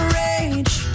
rage